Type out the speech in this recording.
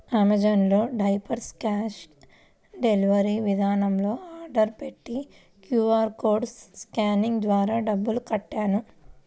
Amazon లో diapers cash delivery విధానంలో order పెట్టి క్యూ.ఆర్ కోడ్ స్కానింగ్ ద్వారా డబ్బులు కట్టాను